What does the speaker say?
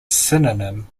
synonym